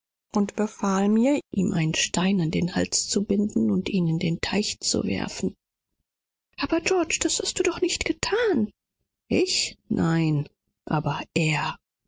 er befahl mir ihm einen stein an den hals zu binden und ihn in's wasser zu werfen o georg du thatest es doch nicht ich nicht aber er